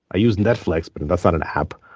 i use netflix. but and that's not an app.